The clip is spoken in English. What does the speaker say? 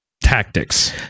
tactics